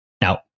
Now